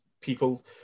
people